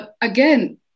Again